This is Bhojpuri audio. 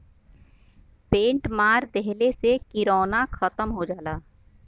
पेंट मार देहले से किरौना खतम हो जाला